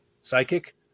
Psychic